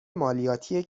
مالیاتی